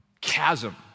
chasm